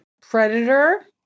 Predator